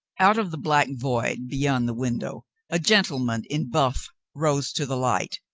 out of the black void beyond the window a gentle man in buff rose to the light,